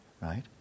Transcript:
right